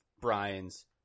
Brian's